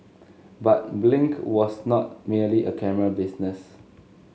but Blink was not merely a camera business